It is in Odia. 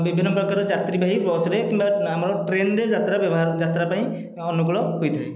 ବିଭିନ୍ନ ପ୍ରକାର ଯାତ୍ରୀବାହୀ ବସ୍ରେ କିମ୍ବା ଆମର ଟ୍ରେନରେ ଯାତ୍ରା ବ୍ୟବହାର ଯାତ୍ରା ପାଇଁ ଅନୁକୂଳ ହୋଇଥାଏ